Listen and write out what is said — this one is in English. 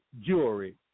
jewelry